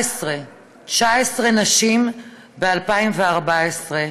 19 נשים ב-2014,